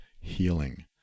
healing